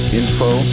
info